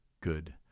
good